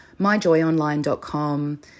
MyJoyOnline.com